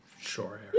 Sure